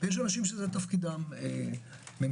יש אנשים שזה תפקידם ממשלה,